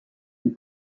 une